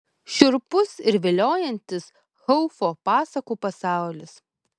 šiurpus ir viliojantis haufo pasakų pasaulis